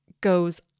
goes